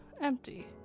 empty